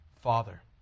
Father